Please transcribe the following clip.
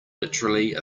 literally